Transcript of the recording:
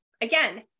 again